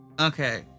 Okay